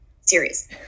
series